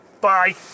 Bye